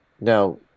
Now